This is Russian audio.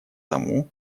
тому